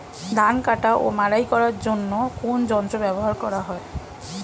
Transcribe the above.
ধান কাটা ও মাড়াই করার জন্য কোন যন্ত্র ব্যবহার করা হয়?